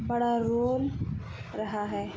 بڑا رول رہا ہے